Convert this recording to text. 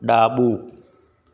ડાબું